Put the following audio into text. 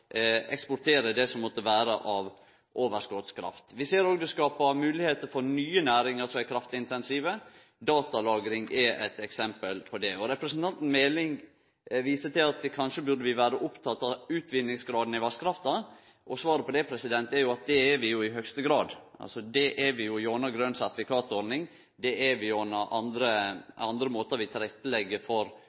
det som måtte vere av overskotskraft. Vi ser òg at det skapar moglegheiter for nye næringar som er kraftintensive. Datalagring er eit eksempel på det. Representanten Meling viste til at vi kanskje burde vere opptekne av utvinningsgraden i vasskrafta. Svaret på det er at det er vi jo i høgste grad. Det er vi gjennom grønt sertifikat-ordninga, og det er vi gjennom andre måtar vi legg til rette for